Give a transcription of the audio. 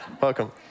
welcome